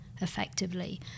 effectively